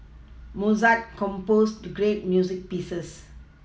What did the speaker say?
Mozart composed great music pieces